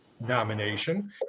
nomination